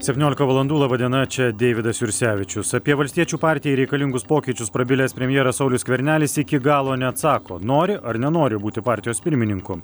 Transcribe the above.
septyniolika valandų laba diena čia deividas jursevičius apie valstiečių partijai reikalingus pokyčius prabilęs premjeras saulius skvernelis iki galo neatsako nori ar nenori būti partijos pirmininku